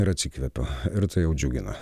ir atsikvepiu ir tai jau džiugina